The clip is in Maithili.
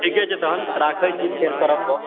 ठीके छै तहन राखए छी फेर करब गप